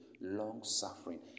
long-suffering